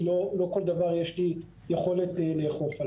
כי לא כל דבר יש לי יכולת לאכוף.